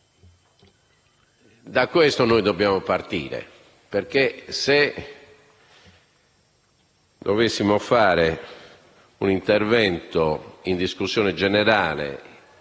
Da questo dobbiamo partire, perché, se dovessimo fare un intervento in discussione generale